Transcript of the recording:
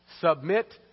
submit